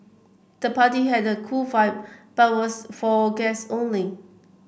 the party had a cool vibe but was for guests only